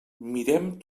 mirem